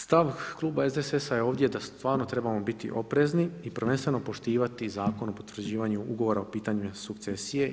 Stav Kluba SDSS-a je ovdje da stvarno trebamo biti oprezni i prvenstveno poštivati Zakon o potvrđivanju ugovora o poticanju sukcesije.